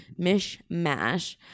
Mishmash